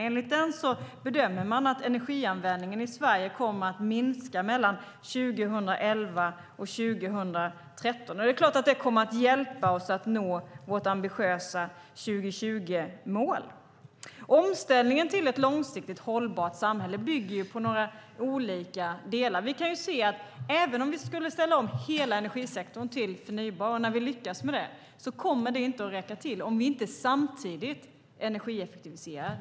Enligt den bedömer man att energianvändningen i Sverige kommer att minska mellan 2011 och 2013. Det är klart att det kommer att hjälpa oss att nå vårt ambitiösa 2020-mål. Omställningen till ett långsiktigt hållbart samhälle bygger på några olika delar. Vi kan ju se att även när vi lyckas ställa om hela energisektorn till förnybart kommer det inte att räcka till om vi inte samtidigt energieffektiviserar.